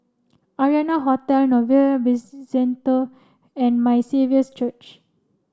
Arianna Hotel Novelty Bizcentre and My Saviour's Church